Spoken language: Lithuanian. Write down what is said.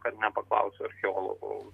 kad nepaklausiau archeologų